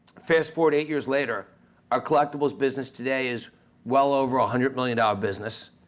fast forward eight years later our collectibles business today is well over a hundred million dollar business,